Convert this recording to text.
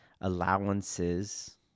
allowances